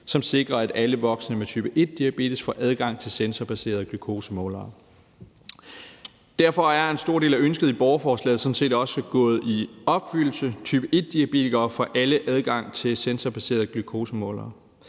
som sikrer, at alle voksne med type 1-diabetes får adgang til sensorbaserede glukosemålere. Derfor er en stor del af ønsket i borgerforslaget sådan set også gået i opfyldelse. Type 1-diabetikere får alle adgang til sensorbaserede glukosemålere.